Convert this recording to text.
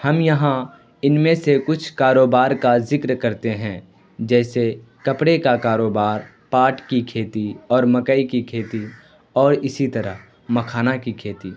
ہم یہاں ان میں سے کچھ کاروبار کا ذکر کرتے ہیں جیسے کپڑے کا کاروبار پاٹ کی کھیتی اور مکئی کی کھیتی اور اسی طرح مکھانا کی کھیتی